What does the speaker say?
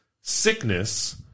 sickness